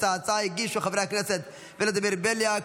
את ההצעה הגישו חברי הכנסת ולדימיר בליאק,